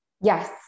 Yes